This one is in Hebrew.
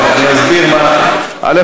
אני אסביר: א.